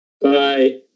Bye